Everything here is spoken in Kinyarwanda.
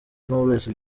knowless